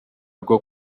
rwo